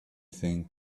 thing